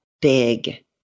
big